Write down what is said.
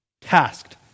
tasked